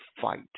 fight